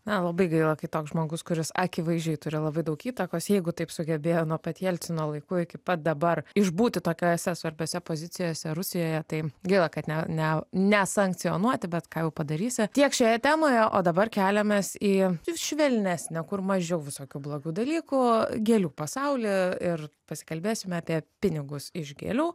na labai gaila kai toks žmogus kuris akivaizdžiai turi labai daug įtakos jeigu taip sugebėjo nuo pat jelcino laikų iki pat dabar išbūti tokiose svarbiose pozicijose rusijoje tai gaila kad ne ne nesankcionuoti bet ką jau padarysi tiek šioje temoje o dabar keliamės į į švelnesnę kur mažiau visokių blogų dalykų gėlių pasaulį ir pasikalbėsime apie pinigus iš gėlių